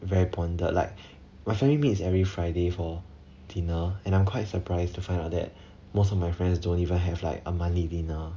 very bonded like my family meets every friday for dinner and I'm quite surprised to find out that most of my friends don't even have like a monthly dinner